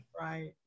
Right